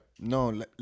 No